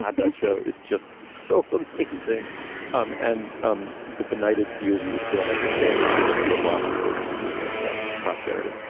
um that show is just so amazing um and um the benighted few of you who don't understand it. you're you're lost both to me and posterity.